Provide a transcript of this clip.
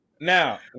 now